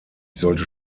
sollte